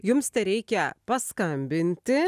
jums tereikia paskambinti